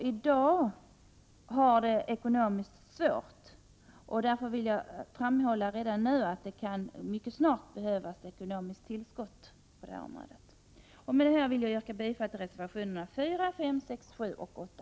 I dag har BRÅ det faktiskt svårt ekonomiskt. Därför vill jag understryka att det mycket snart kan behövas ekonomiska tillskott. Med detta yrkar jag bifall till reservationerna 4, 5, 6, 7 och 8.